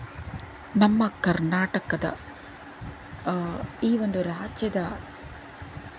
ನಮ್ಮ ಕರ್ನಾಟಕದ ಈ ಒಂದು ರಾಜ್ಯದ